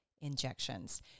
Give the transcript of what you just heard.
injections